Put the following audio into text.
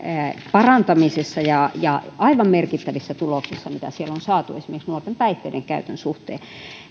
parantamisessa ja ja aivan merkittävissä tuloksissa mitä siellä on saatu esimerkiksi nuorten päihteidenkäytön suhteen